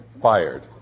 fired